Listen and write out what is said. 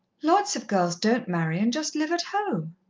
lots of girls don't marry, and just live at home.